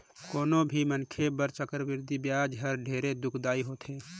कोनो भी मनखे बर चक्रबृद्धि बियाज हर ढेरे दुखदाई होथे